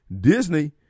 Disney